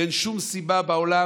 ואין שום סיבה בעולם.